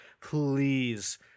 please